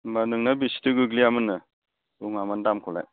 होमब्ला नोंना बेसेथो गोग्लैयामोननो बुङामोन दामखौलाय